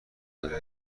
داده